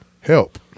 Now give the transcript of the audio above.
help